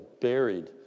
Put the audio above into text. buried